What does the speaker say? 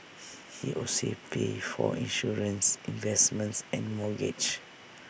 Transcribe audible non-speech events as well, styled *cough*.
*noise* he also pays for insurance investments and mortgage